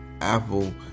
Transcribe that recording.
Apple